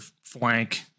flank